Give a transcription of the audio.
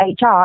HR